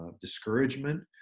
discouragement